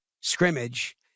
scrimmage